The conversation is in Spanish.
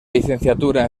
licenciatura